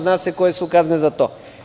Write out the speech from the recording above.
Zna se koje su kazne za to.